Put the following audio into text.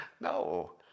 No